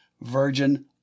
Virgin